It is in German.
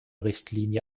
richtlinie